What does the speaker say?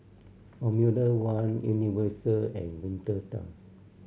Formula One Universal and Winter Time